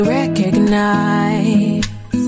recognize